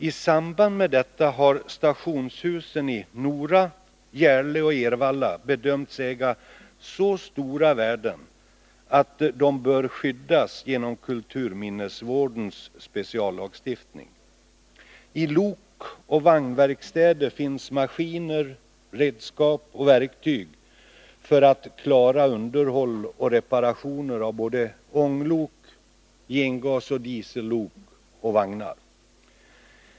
I samband med denna har stationshusen i Nora, Järle och Ervalla bedömts äga så stora värden att de bör skyddas genom kulturminnesvårdens speciallagstiftning. I lokoch vagnverkstad finns maskiner, redskap och verktyg för att klara underhåll och reparation av såväl ånglok som gengasoch diesellok och vagnar.